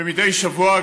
ומדי שבוע,